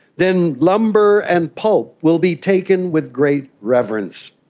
then lumber and pulp will be taken with great reverence.